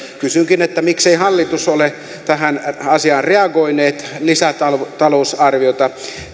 kysynkin miksei hallitus ole tähän asiaan reagoinut lisätalousarviota